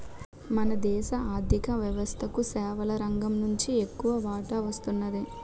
మన దేశ ఆర్ధిక వ్యవస్థకు సేవల రంగం నుంచి ఎక్కువ వాటా వస్తున్నది